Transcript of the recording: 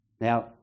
Now